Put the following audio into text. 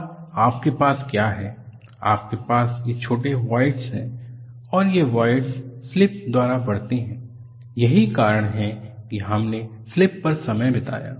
और आपके पास क्या है आपके पास ये छोटे वॉइडस हैं और ये वॉइडस स्लिप द्वारा बढ़ते हैं यही कारण है कि हमने स्लिप पर समय बिताया